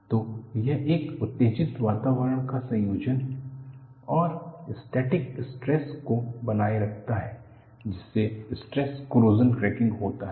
तो यह एक उत्तेजित वातावरण का संयोजन है और स्टैटिक स्ट्रेस को बनाए रखता है जिससे स्ट्रेस कोरोशन क्रैकिंग होता है